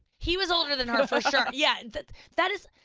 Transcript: he was older than her, for sure, yeah. that that is,